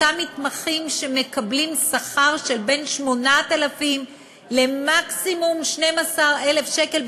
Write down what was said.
אותם מתמחים שמקבלים שכר של בין 8,000 ל-12,000 שקל,